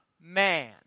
man